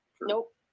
Nope